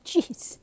Jeez